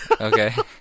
Okay